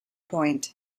point